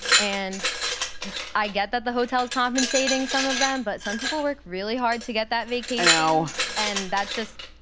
and i get that the hotel is compensating some of them, but some people work really hard to get that vacation. you know and that's just,